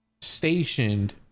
stationed